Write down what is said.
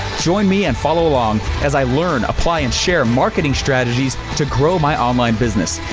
join me and follow on as i learn apply and share marketing strategies to grow my online business,